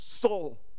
soul